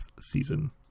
season